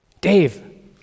Dave